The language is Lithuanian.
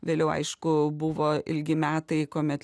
vėliau aišku buvo ilgi metai kuomet